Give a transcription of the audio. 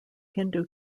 hindu